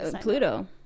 pluto